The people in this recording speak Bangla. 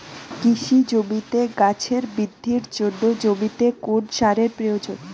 কৃষি জমিতে গাছের বৃদ্ধির জন্য জমিতে কোন সারের প্রয়োজন?